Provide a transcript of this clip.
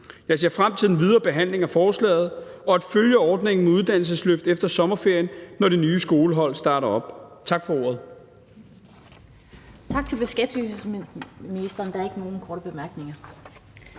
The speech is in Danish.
Jeg ser frem til den videre behandling af forslaget og til at følge ordningen med uddannelsesløft efter sommerferien, når de nye skolehold starter op. Tak for ordet.